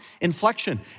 inflection